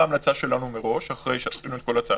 זה בא לידי ביטוי גם בהמלצה שלנו מראש אחרי שעשינו את כל התהליך,